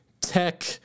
tech